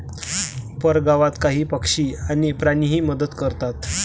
परगावात काही पक्षी आणि प्राणीही मदत करतात